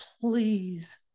please